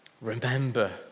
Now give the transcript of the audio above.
Remember